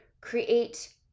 create